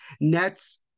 Nets